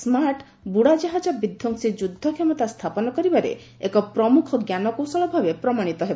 smart ବୁଡ଼ା ଜାହାକ ବିଧ୍ୱଂସି ଯୁଦ୍ଧ କ୍ଷମତା ସ୍ଥାପନ କରିବାରେ ଏକ ପ୍ରମୁଖ ଞ୍ଜାନକୌଶଳ ଭାବେ ପ୍ରମାଣିତ ହେବ